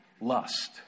Lust